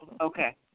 okay